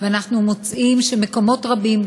אנחנו מוצאים שמקומות רבים,